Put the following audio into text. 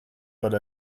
but